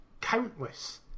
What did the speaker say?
countless